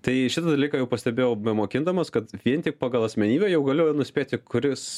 tai šitą dalyką jau pastebėjau bemokindamas kad vien tik pagal asmenybę jau galiu nuspėti kuris